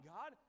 God